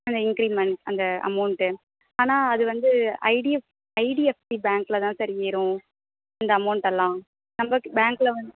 அந்த இன்க்ரீமெண்ட் அந்த அமௌண்ட்டு ஆனால் அது வந்து ஐடிஎஃப் ஐடிஎஃப்சி பேங்க்கில் தான் சார் ஏறும் இந்த அமௌண்ட்டெல்லாம் நம்ம பேங்க்கில் வந்து